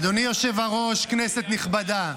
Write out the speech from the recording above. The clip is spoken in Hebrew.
אדוני, היושב-ראש, כנסת נכבדה,